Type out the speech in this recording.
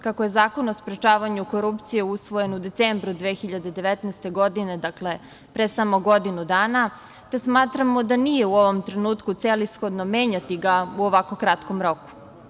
Kako je Zakon o sprečavanju korupcije usvojen u decembru 2019. godine, dakle pre samo godinu dana, te smatramo da nije u ovom trenutku celishodno menjati ga u ovako kratkom roku.